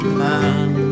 man